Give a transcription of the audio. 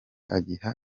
agiha